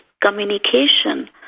communication